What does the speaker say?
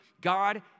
God